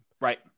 Right